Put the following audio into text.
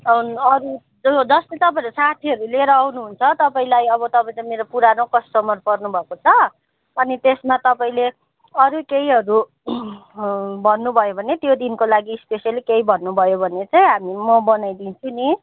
अरू जस्तै तपाईँहरूको साथी लिएर आउनुहुन्छ तपाईँलाई अब तपाईँ त मेरो पुरानो कस्टमर पर्नुभएको छ अनि त्यसमा तपाईँले अरू केहीहरू भन्नुभयो भने त्यो दिन लागि स्पेसियली केही भन्नुभयो भने चाहिँ हामी म बनाइदिन्छु नि